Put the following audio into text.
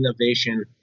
innovation